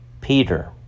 Peter